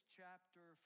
chapter